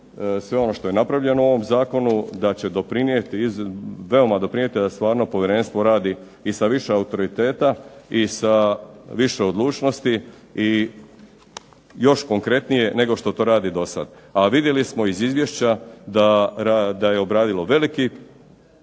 sve ono što je napravljeno u ovom zakonu da će doprinijeti, veoma doprinijeti da stvarno povjerenstvo radi i sa više autoriteta i sa više odlučnosti i još konkretnije nego što to radi do sad. A vidjeli smo iz izvješća da je obradilo veliki